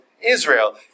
Israel